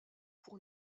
pour